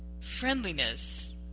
friendliness